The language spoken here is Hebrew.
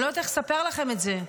אני לא יודעת איך לספר לכם את זה.